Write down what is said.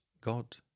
God